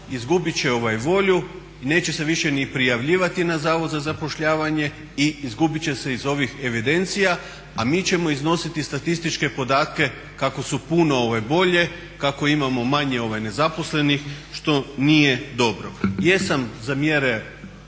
izgubit će volju i neće se više ni prijavljivati na Zavod za zapošljavanje i izgubit će se iz ovih evidencija, a mi ćemo iznositi statističke podatke kako su puno bolje, kako imamo manje nezaposlenih, što nije dobro. Jesam za mjere